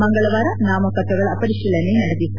ಮಂಗಳವಾರ ನಾಮಪತ್ರಗಳ ಪರಿಶೀಲನೆ ನಡೆದಿತ್ತು